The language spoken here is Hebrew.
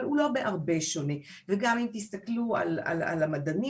אבל הוא לא בהרבה שונה וגם אם תסתכלו על המדענים